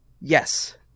yes